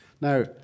Now